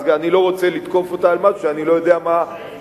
אז אני לא רוצה לתקוף אותה על משהו כשאני לא יודע מה עמדתה.